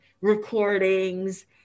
recordings